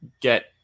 get